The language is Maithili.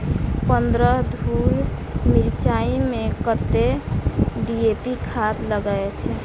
पन्द्रह धूर मिर्चाई मे कत्ते डी.ए.पी खाद लगय छै?